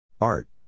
Art